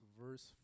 verse